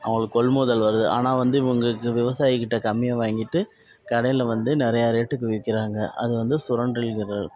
அவங்களுக்கு கொள்முதல் வருது ஆனால் வந்து இவங்களுக்கு விவசாயிக்கிட்ட கம்மியாக வாங்கிட்டு கடையில் வந்து நிறையா ரேட்டுக்கு விற்கிறாங்க அது வந்து சுரண்டல்ங்கிற